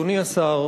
אדוני השר,